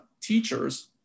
teachers